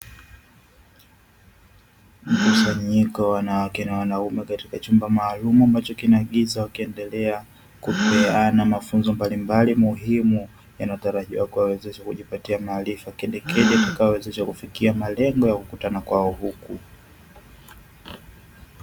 Mkusanyiko wa wanawake na wanaume katika chumba maalumu ambacho kina giza, wakiendelea kupeana mafunzo mbalimbali muhimu yanayotarajiwa kuwawezesha kujipatia maarifa kedekede yatakayo wawezesha kufikia malengo ya kukutana kwao huku.